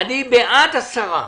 אני בעד השרה.